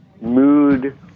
mood